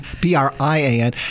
B-R-I-A-N